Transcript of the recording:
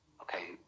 okay